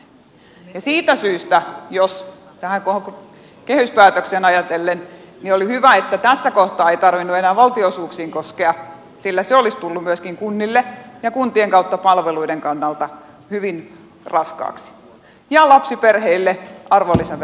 ja siitä syystä koko kehyspäätöstä ajatellen oli hyvä että tässä kohtaa ei tarvinnut enää valtionosuuksiin koskea sillä se olisi tullut myöskin kunnille ja kuntien kautta palveluille hyvin raskaaksi ja lapsiperheille arvonlisäveron osalta